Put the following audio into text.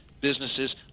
businesses